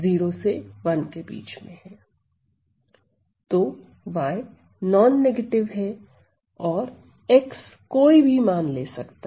तो y non negative है और x कोई भी मान ले सकता है